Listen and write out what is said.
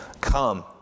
Come